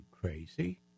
crazy